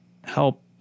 help